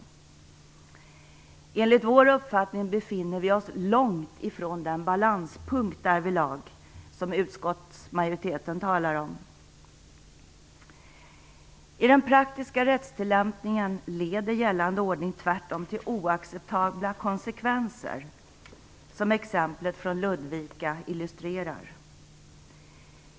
Enligt vår uppfattning befinner vi oss långt från den balanspunkt därvidlag som utskottsmajoriteten talar om. I den praktiska rättstillämpningen leder gällande ordning tvärtom till oacceptabla konsekvenser, som exemplet från Ludvika illustrerar.